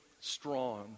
strong